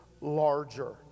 larger